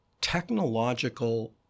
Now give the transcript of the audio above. technological